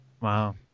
Wow